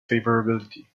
favorability